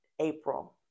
April